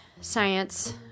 science